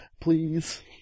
Please